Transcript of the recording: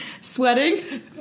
Sweating